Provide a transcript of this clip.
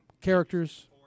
Characters